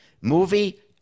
Movie